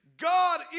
God